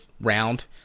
round